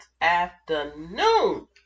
afternoon